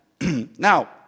Now